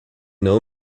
know